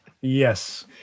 Yes